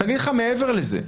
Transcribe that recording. עכשיו, אני אגיד לך מעבר לזה: